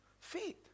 Faith